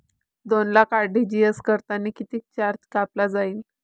दोन लाख आर.टी.जी.एस करतांनी कितीक चार्ज कापला जाईन?